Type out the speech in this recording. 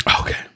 Okay